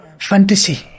fantasy